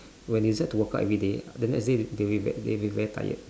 when you start to work out everyday ah the next day they will v~ they will be very tired